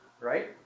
Right